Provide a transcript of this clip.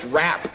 rap